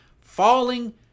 falling